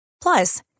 Plus